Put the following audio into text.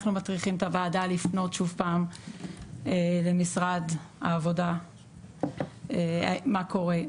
אנחנו מטריחים את הוועדה לפנות שוב פעם למשרד העבודה מה קורה?